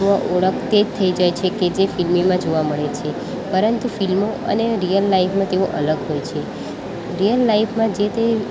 ત્વ ઓળખ તે જ થઈ જાય છે કે જે ફિલ્મોમાં જોવા મળે છે પરંતુ ફિલ્મો અને રિયલ લાઈફમાં તેઓ અલગ હોય છે રિયલ લાઈફમાં જે તે